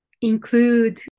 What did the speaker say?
include